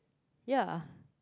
ya